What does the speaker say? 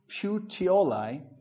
Puteoli